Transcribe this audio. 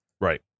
right